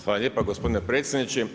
Hvala lijepa gospodine predsjedniče.